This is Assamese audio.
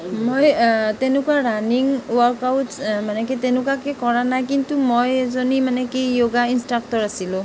মই তেনেকুৱা ৰাণিং ৱৰ্কআউটচ মানে কি তেনেকুৱাকৈ কৰা নাই কিন্তু মই এজনী মানে কি য়োগা ইনষ্ট্ৰাকটৰ আছিলোঁ